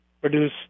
produce